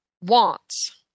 wants